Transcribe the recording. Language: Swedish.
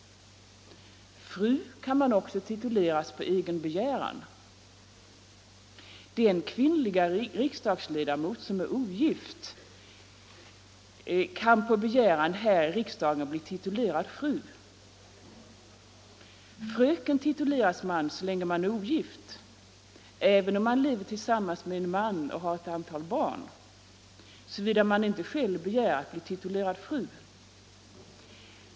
Fru kan man också tituleras på egen begäran. Den kvinnliga riksdagsledamot som är ogift kan på begäran här i riksdagen bli titulerad fru. Fröken tituleras man så länge man är ogift, även om man lever tillsammans med en man och har ett antal barn, såvida man inte själv begär att bli titulerad fru.